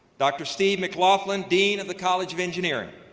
dr. steve maclaughlin, dean of the college of engineering.